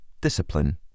discipline